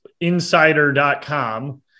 insider.com